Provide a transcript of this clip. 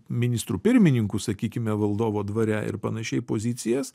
ministrų pirmininkų sakykime valdovo dvare ir panašiai pozicijas